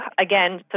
again